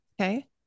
okay